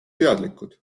teadlikud